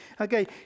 okay